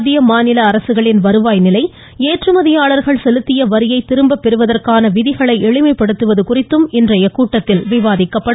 மத்திய மாநில அரசுகளின் வருவாய் நிலை ஏற்றுமதியாளர்கள் செலுத்திய வரியை திரும்பப் பெறுவதற்கான விதிகளை எளிமைப்படுத்துவது குறித்தும் இக்கூட்டத்தில் விவாதிக்கப்படும்